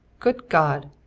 good god!